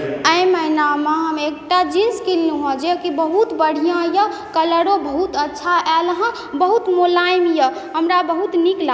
एहि महिनामे हम एकटा जींस कीनलहुॅं हँ जे कि बहुत बढ़िऑं यऽ कलरो बहुत अच्छा आयल हँ बहुत मोलायम यऽ हमरा बहुत नीक लए